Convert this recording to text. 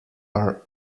are